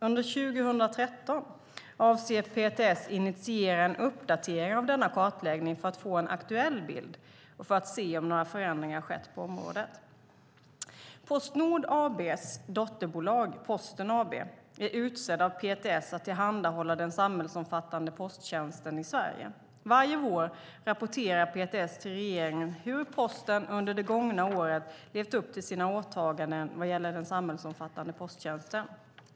Under 2013 avser PTS att initiera en uppdatering av denna kartläggning för att få en aktuell bild och för att se om några förändringar har skett på området. Post Nord AB:s dotterbolag Posten AB är utsedd av PTS att tillhandahålla den samhällsomfattande posttjänsten i Sverige. Varje vår rapporterar PTS till regeringen hur Posten under det gångna året har levt upp till sina åtaganden vad gäller den samhällsomfattande posttjänsten.